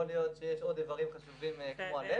יכול להיות שיש עוד איברים חשובים כמו הלב,